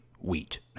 wheat